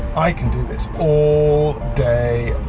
i can do this all day